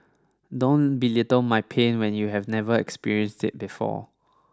don't belittle my pain when you have never experienced it before